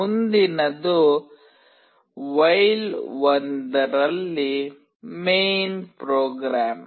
ಮುಂದಿನದು while while ರಲ್ಲಿ main program